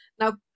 Now